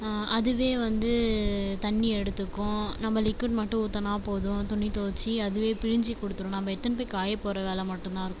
அதுவே வந்து தண்ணி எடுத்துக்கும் நம்ப லிக்விட் மட்டும் ஊற்றினா போதும் துணி துவைச்சு அதுவே பிழிஞ்சு கொடுத்துடும் நம்ப எடுத்துன்னு போய் காயப் போடுற வேலை மட்டும்தான் இருக்கும்